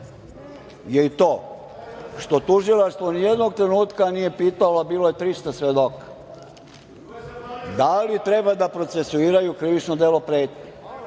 je i to što tužilaštvo ni jednog trenutka nije pitalo, a bilo je 300 svedoka, da li treba da procesuiraju krivično delo pretnje?